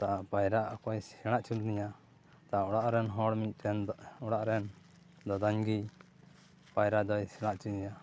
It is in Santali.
ᱛᱚ ᱯᱟᱭᱨᱟᱜ ᱚᱠᱚᱭ ᱥᱮᱬᱟ ᱚᱪᱚ ᱞᱮᱫᱮᱧᱟᱹ ᱛᱟ ᱚᱲᱟᱜ ᱨᱮᱱ ᱦᱚᱲ ᱢᱤᱫᱴᱮᱱ ᱫᱚ ᱚᱲᱟᱜ ᱨᱮᱱ ᱫᱟᱫᱟᱧ ᱜᱮ ᱯᱟᱭᱨᱟ ᱫᱚᱭ ᱥᱮᱬᱟ ᱚᱪᱚ ᱫᱤ